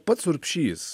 pats urbšys